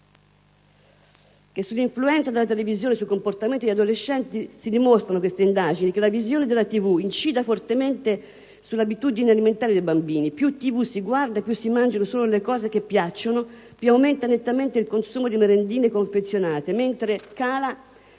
sull'influenza della televisione sui comportamenti degli adolescenti dimostra che la visione della TV incide fortemente sull'abitudine alimentare dei bambini: più televisione si guarda, più si mangiano solo le cose che piacciono, più aumenta nettamente il consumo di merendine confezionate, mentre cala